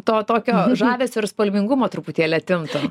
to tokio žavesio ir spalvingumo truputėlį atimtų